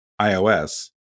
iOS